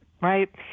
right